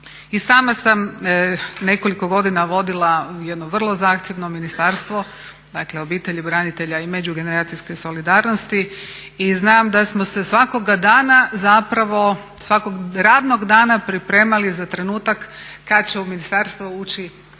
I sama sam nekoliko godina vodila jedno vrlo zahtjevno ministarstvo, dakle obitelji branitelja i međugeneracijske solidarnosti i znam da smo se svakoga dana zapravo, zapravo svakog radnog dana pripremali za trenutak kad će u ministarstva ući